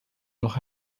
noch